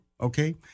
Okay